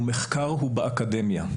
ומחקר הוא באקדמיה.